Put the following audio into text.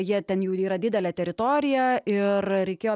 jie ten jų yra didelė teritorija ir reikėjo